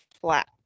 flat